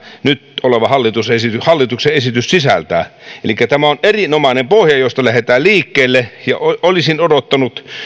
nyt oleva hallituksen esitys sisältää elikkä tämä on erinomainen pohja josta lähdetään liikkeelle ja olisin odottanut